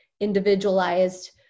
individualized